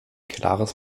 klares